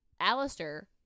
Alistair